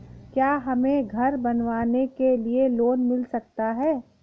क्या हमें घर बनवाने के लिए लोन मिल सकता है?